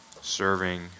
serving